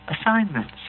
assignments